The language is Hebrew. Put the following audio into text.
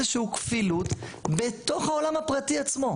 שהיא כפילות בתוך העולם הפרטי עצמו.